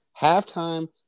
halftime